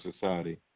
society